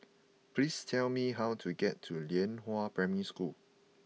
please tell me how to get to Lianhua Primary School